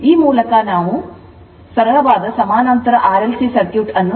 ಆದ್ದರಿಂದ ಈಗ ಇದು ಸರಳವಾದ ಸಮಾನಾಂತರ RLC ಸರ್ಕ್ಯೂಟ್ ಆಗಿದೆ